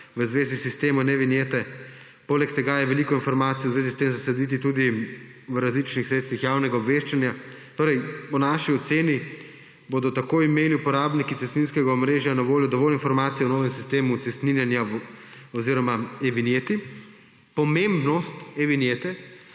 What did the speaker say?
v zvezi s sistemom e-vinjete. Poleg tega je veliko informacij v zvezi s tem zaslediti tudi v različnih sredstvih javnega obveščanja. Po naši oceni bodo taki imeli uporabniki cestninskega omrežja na voljo dovolj informacij o novem sistemu cestninjenja oziroma o e-vinjeti. Pomembnost e-vinjete